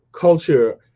culture